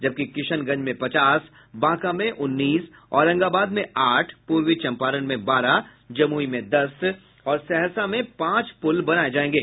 जबकि किशनगंज में पचास बांका में उन्नीस औरंगाबाद में आठ पूर्वी चंपारण में बारह जमुई में दस और सहरसा में पांच पुल बनाये जायेंगे